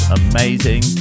amazing